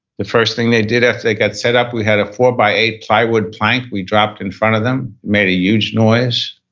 the first thing they did after they got set up, we had a four by eight plywood plank we dropped in front of them, made a huge noise.